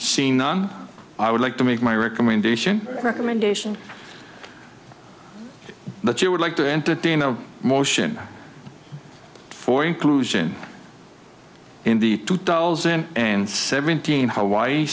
seen on i would like to make my recommendation recommendation that you would like to entertain a motion for inclusion in the two thousand and seventeen h